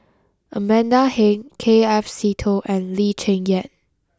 Amanda Heng K F Seetoh and Lee Cheng Yan